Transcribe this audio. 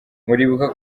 muribuka